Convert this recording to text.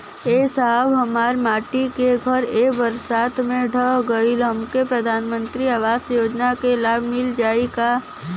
ए साहब हमार माटी क घर ए बरसात मे ढह गईल हमके प्रधानमंत्री आवास योजना क लाभ मिल जाई का?